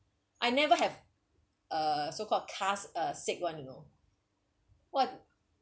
I never have uh so called car uh sick [one] you know !wah!